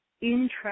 interest